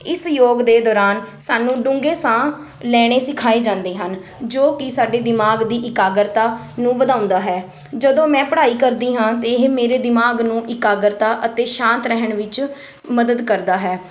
ਇਸ ਯੋਗ ਦੇ ਦੌਰਾਨ ਸਾਨੂੰ ਡੂੰਘੇ ਸਾਹ ਲੈਣੇ ਸਿਖਾਏ ਜਾਂਦੇ ਹਨ ਜੋ ਕਿ ਸਾਡੇ ਦਿਮਾਗ ਦੀ ਇਕਾਗਰਤਾ ਨੂੰ ਵਧਾਉਂਦਾ ਹੈ ਜਦੋਂ ਮੈਂ ਪੜ੍ਹਾਈ ਕਰਦੀ ਹਾਂ ਤਾਂ ਇਹ ਮੇਰੇ ਦਿਮਾਗ ਨੂੰ ਇਕਾਗਰਤਾ ਅਤੇ ਸ਼ਾਂਤ ਰਹਿਣ ਵਿੱਚ ਮਦਦ ਕਰਦਾ ਹੈ